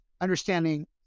understanding